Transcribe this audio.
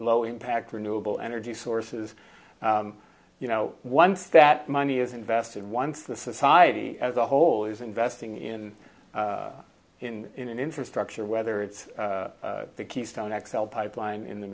low impact renewable energy sources you know once that money is invested once the society as a whole is investing in in in an infrastructure whether it's the keystone x l pipeline in the